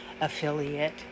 affiliate